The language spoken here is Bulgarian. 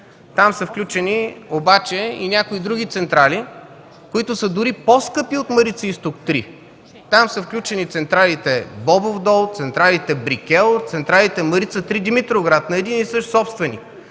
Там са включени обаче някои други централи, които са дори по-скъпи от „Марица Изток 3”. Там са включени централите „Бобов дол”, централите „Брикел”, централите „Марица 3”, Димитровград – на един и същ собственик.